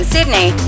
Sydney